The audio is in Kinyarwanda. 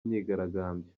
myigaragambyo